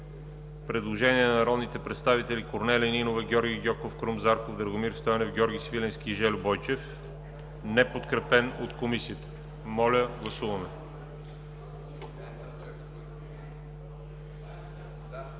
предложение на народните представители Корнелия Нинова, Георги Гьоков, Крум Зарков, Драгомир Стойнев, Георги Свиленски и Жельо Бойчев за чл. 33, неподкрепено от Комисията. Гласували